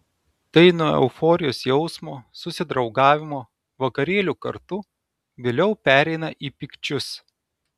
tai nuo euforijos jausmo susidraugavimo vakarėlių kartu vėliau pereina į pykčius